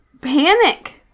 panic